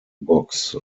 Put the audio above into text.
books